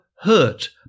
hurt